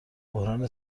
بحران